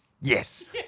Yes